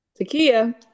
takia